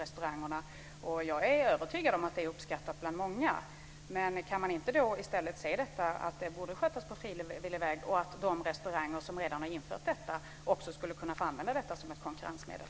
Jag är övertygad om att det är uppskattat bland många. Men kan man inte i stället sköta detta på frivillighetens väg så att de restauranger som redan har infört rökförbud kan använda det som ett konkurrensmedel?